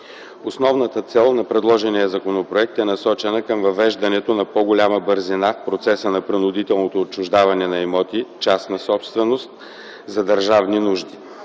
Основната цел на предложения законопроект е насочена към въвеждането на по-голяма бързина в процеса на принудителното отчуждаване на имоти – частна собственост, за държавни нужди.